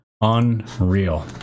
Unreal